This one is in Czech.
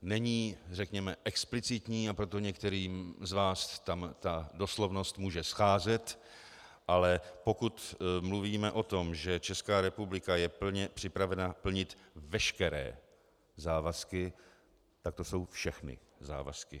Není, řekněme, explicitní, a proto některým z vás tam ta doslovnost může scházet, ale pokud mluvíme o tom, že Česká republika je plně připravena plnit veškeré závazky, tak to jsou všechny závazky.